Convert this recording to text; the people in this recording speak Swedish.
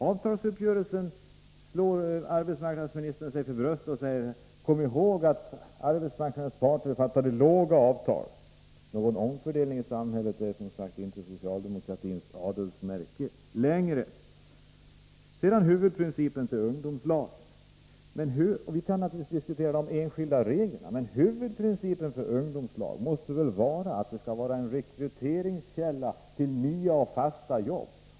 Arbetsmarknadsministern slår sig för sitt bröst när det gäller avtalsuppgörelsen och säger: Kom ihåg att i arbetsmarknadens parter ingick låga avtal. Någon omfördelning i samhället är som sagt inte socialdemokratins adelsmärke längre. Sedan något om huvudprincipen för ungdomslag. Vi kan naturligtvis diskutera de enskilda reglerna, men huvudprincipen måste vara att lagen skall vara rekryteringskälla till nya och fasta jobb.